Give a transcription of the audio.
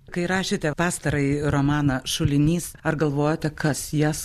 kai rašėte pastarąjį romaną šulinys ar galvojote kas jas